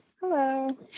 Hello